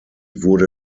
wurde